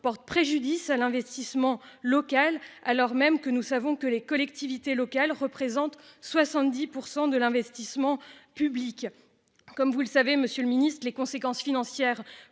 porte préjudice à l'investissement local alors même que nous savons que les collectivités locales représentent 70% de l'investissement public, comme vous le savez Monsieur le Ministre, les conséquences financières